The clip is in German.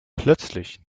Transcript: plötzlich